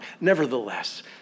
Nevertheless